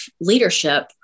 leadership